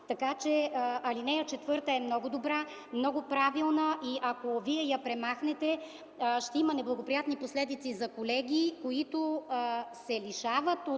Така че ал. 4 е много добра, много правилна и ако вие я премахнете, ще има неблагоприятни последици за колеги, които се лишават от